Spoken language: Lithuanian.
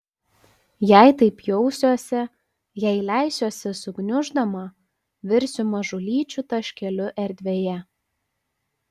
jei taip jausiuosi jei leisiuosi sugniuždoma virsiu mažulyčiu taškeliu erdvėje